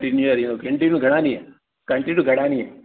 थियण वारी आहे त कंटीन्यू घणा ॾींहं